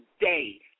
day